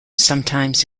sometimes